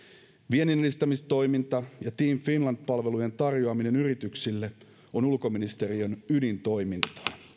vienninedistämistoiminta ja team finland palvelujen tarjoaminen yrityksille on ulkoministeriön ydintoimintaa